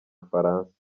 bufaransa